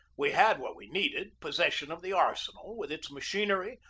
we had what we needed possession of the arsenal, with its machinery,